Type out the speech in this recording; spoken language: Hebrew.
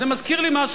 אז זה מזכיר לי משהו.